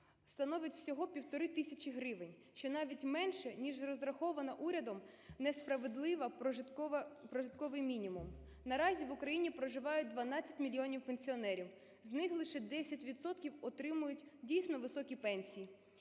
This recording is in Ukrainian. становить всього півтори тисячі гривень, що навіть менше ніж розраховано урядом не справедливий прожитковий мінімум. Наразі в Україні проживають 12 мільйонів пенсіонерів, з них лише 10 відсотків отримують дійсно високі пенсії,